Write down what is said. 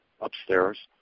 upstairs